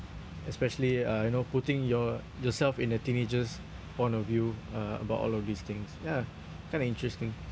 especially uh you know putting your yourself in a teenager's point of view uh about all of these things ya kind of interesting